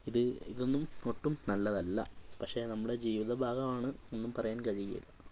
ഇത് ഇതൊന്നും ഒട്ടും നല്ലതല്ല പക്ഷെ നമ്മുടെ ജീവിതഭാഗമാണ് ഒന്നും പറയാൻ കഴിയില്ല